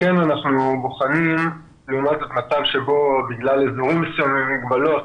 אנחנו כן בוחנים מצב שבו בגלל אזורים מסוימים ומגבלות,